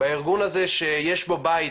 והארגון הזה שיש בו בית